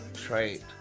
trait